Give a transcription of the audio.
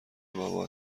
بابا